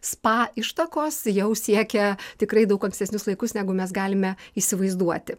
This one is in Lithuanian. spa ištakos jau siekia tikrai daug ankstesnius laikus negu mes galime įsivaizduoti